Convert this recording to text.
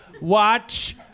watch